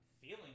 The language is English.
feeling